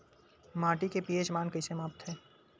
माटी के पी.एच मान कइसे मापथे?